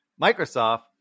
Microsoft